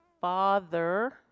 Father